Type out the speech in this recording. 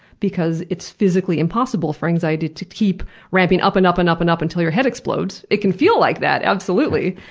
because it's physically impossible for anxiety to keep ramping up and up and up and up until your head explodes. it can feel like that, absolutely!